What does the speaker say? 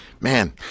man